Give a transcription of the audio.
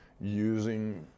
using